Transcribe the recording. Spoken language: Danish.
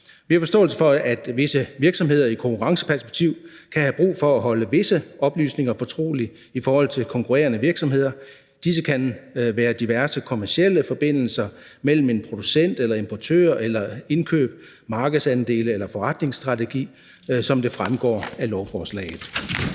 Vi har forståelse for, at visse virksomheder i konkurrenceperspektiv kan have brug for at holde visse oplysninger fortrolige i forhold til konkurrerende virksomheder. Disse kan være diverse kommercielle forbindelser mellem en producent eller importør eller i forbindelse med indkøb, markedsandele eller forretningsstrategi, som det fremgår af lovforslaget.